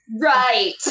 Right